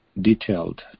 detailed